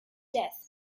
death